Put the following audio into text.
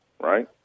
right